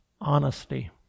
honesty